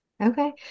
Okay